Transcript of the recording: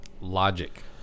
Logic